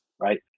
right